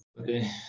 Okay